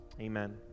Amen